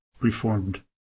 reformed